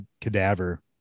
cadaver